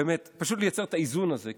פשוט לייצר את האיזון הזה.